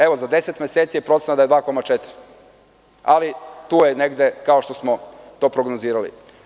Evo, za deset meseci je procena da je 2,4%, ali tu je negde, kao što smo to prognozirali.